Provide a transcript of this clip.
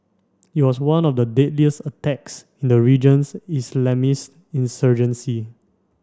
it was one of the deadliest attacks in the region's Islamist insurgency